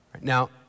Now